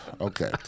Okay